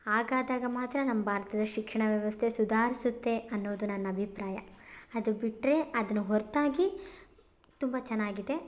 ಹಾಗಾದಾಗ ಮಾತ್ರ ನಮ್ಮ ಭಾರತದ ಶಿಕ್ಷಣ ವ್ಯವಸ್ಥೆ ಸುಧಾರಿಸುತ್ತೆ ಅನ್ನೋದು ನನ್ನ ಅಭಿಪ್ರಾಯ ಅದು ಬಿಟ್ಟರೆ ಅದನ್ನು ಹೊರತಾಗಿ ತುಂಬ ಚೆನ್ನಾಗಿದೆ